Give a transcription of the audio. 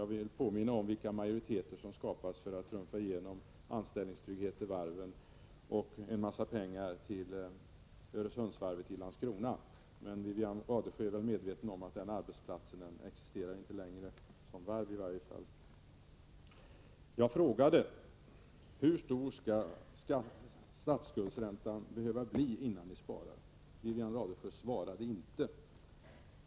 Jag vill påminna om de majoriteter som skapades för att trumfa igenom förslaget om anställningstrygghet när det gäller varven och en hel del pengar till Öresundsvarvet i Landskrona. Wivi-Anne Radesjö är medveten om att den arbetsplatsen inte längre existerar, i varje fall inte som varv. Jag frågade hur stor statsskuldräntan skall behöva bli innan ni börjar spara. Wivi-Anne Radesjö svarade inte.